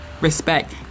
respect